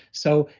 so,